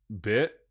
bit